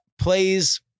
plays